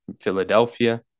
Philadelphia